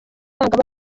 aba